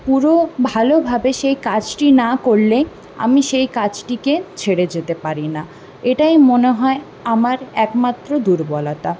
পুরো ভালোভাবে সেই কাজটি না করলে আমি সেই কাজটিকে ছেড়ে যেতে পারি না এটাই মনে হয় আমার একমাত্র দুর্বলতা